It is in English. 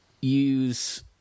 use